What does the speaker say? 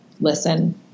listen